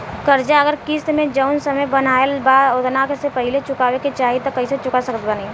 कर्जा अगर किश्त मे जऊन समय बनहाएल बा ओतना से पहिले चुकावे के चाहीं त कइसे चुका सकत बानी?